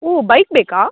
ಓ bike ಬೇಕಾ